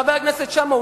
חבר הכנסת שאמה,